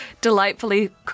delightfully